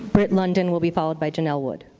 britt london will be followed by janelle wood.